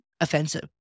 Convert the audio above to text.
offensive